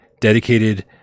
dedicated